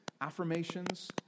affirmations